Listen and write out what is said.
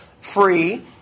free